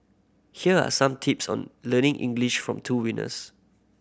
here are some tips on learning English from two winners